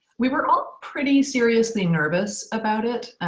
we were all pretty seriously nervous about it.